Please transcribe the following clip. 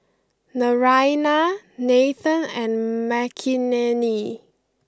Naraina Nathan and Makineni